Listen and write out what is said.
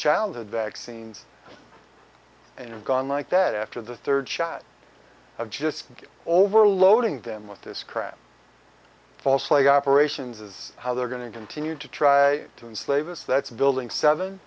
childhood vaccines and gone like that after the third shot of just over loading them with this crap false flag operations is how they're going to continue to try to slave us that's building seven